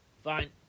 Fine